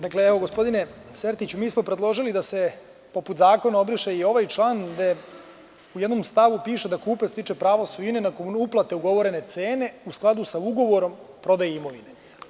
Dakle, gospodine Sertiću, mi smo predložili da se, poput zakona, obriše i ovaj član, gde u jednom stavu piše da kupac stiče pravo svojine nakon uplate ugovorene cene, u skladu sa ugovorom o prodaji imovine.